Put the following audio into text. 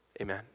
amen